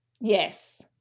Yes